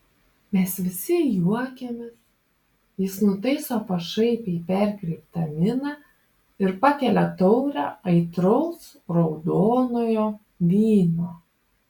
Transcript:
mes visi juokiamės jis nutaiso pašaipiai perkreiptą miną ir pakelia taurę aitraus raudonojo vyno